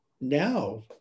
now